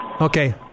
Okay